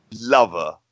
lover